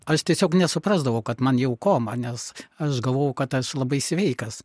aš tiesiog nesuprasdavau kad man jau koma nes aš galvojau kad aš labai sveikas